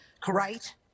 correct